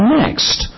next